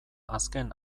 azken